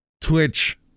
twitch